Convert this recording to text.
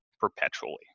perpetually